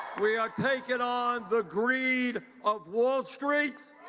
we are taking on the greed of wall street.